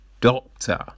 Doctor